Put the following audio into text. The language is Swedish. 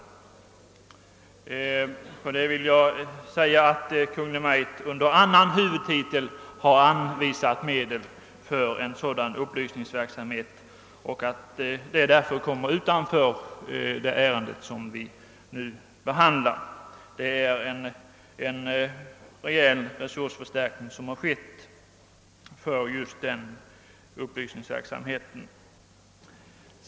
På det vill jag svara att Kungl. Maj:t under annan huvudtitel har anvisat medel för en sådan upplysningsverksamhet. Det kommer därför utanför det ärende vi nu behandlar. Det har alltså skett en rejäl resursförstärkning för just den upplysningsverksamheten.